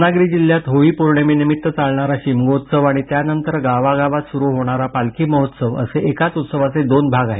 रत्नागिरी जिल्ह्यात होळी पौर्णिमेपर्यंत चालणारा शिमगोत्सव आणि त्यानंतर गावागावात सुरू होणारा पालखी महोत्सव असे एकाच उत्सवाचे दोन भाग आहेत